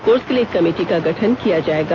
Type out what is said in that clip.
course के लिए एक कमेटी का गठन किया जाएगा